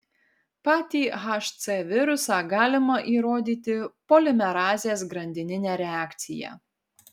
patį hc virusą galima įrodyti polimerazės grandinine reakcija